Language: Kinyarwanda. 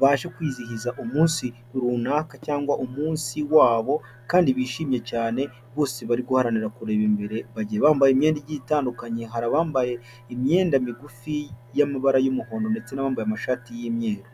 baje kwizihiza umunsi runaka cyangwa umunsi wabo kandi bishimye cyane bose bari guharanira kureba imbere, bagiye bambaye imyenda igiye itandukanye, hari abambaye imyenda migufi y'amabara y'umuhondo ndetse n'abambaye amashati y'imyeru.